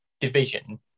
division